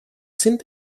sind